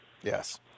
Yes